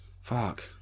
Fuck